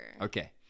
Okay